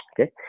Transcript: Okay